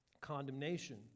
condemnation